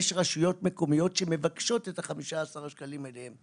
יש רשויות מקומיות שמבקשות את ה- 15 השקלים אליהם,